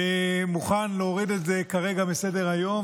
מוכן להוריד את זה כרגע מסדר-היום,